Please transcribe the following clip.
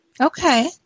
Okay